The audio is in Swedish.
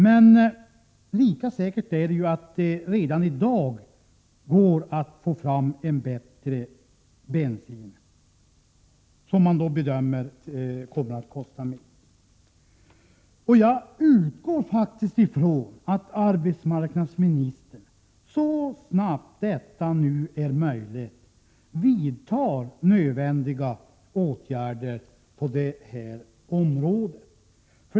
Men lika säkert är det att man redan i dag kan få fram en bättre bensin, som dock bedöms kommer att kosta mer. Jag utgår faktiskt ifrån att arbetsmarknadsministern så snabbt som det är möjligt vidtar nödvändiga åtgärder på det här området.